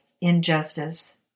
injustice